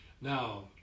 Now